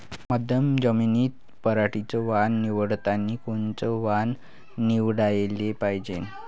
मध्यम जमीनीत पराटीचं वान निवडतानी कोनचं वान निवडाले पायजे?